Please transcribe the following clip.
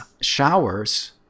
showers